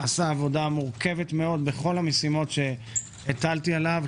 עשה עבודה מורכבת מאוד בכל המשימות שהטלתי עליו,